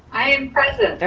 i am present.